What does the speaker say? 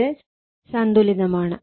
ഇത് സന്തുലിതമാണ്